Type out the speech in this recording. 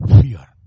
Fear